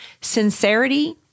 sincerity